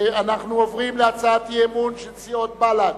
אנחנו עוברים להצעת אי-אמון של סיעות בל"ד,